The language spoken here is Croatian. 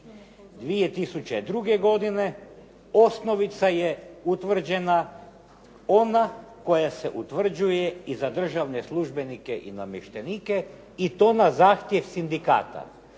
2002. godine osnovica je utvrđena ona koja se utvrđuje i za državne službenike i namještenike i to na zahtjev sindikata.